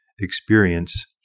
experience